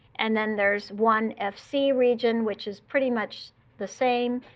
and then there's one fc region, which is pretty much the same.